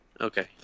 Okay